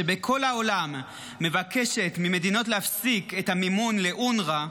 שבכל העולם מבקשת ממדינות להפסיק את המימון לאונר"א,